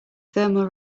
thermal